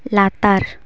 ᱞᱟᱛᱟᱨ